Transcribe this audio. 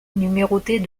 numérotés